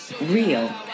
real